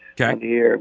Okay